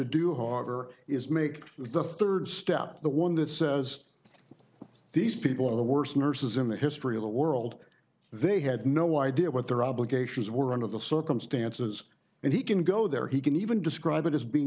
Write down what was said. do harder is make the third step the one that says these people are the worst nurses in the history of the world they had no idea what their obligations were under the circumstances and he can go there he can even describe it as being